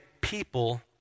people